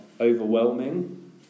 overwhelming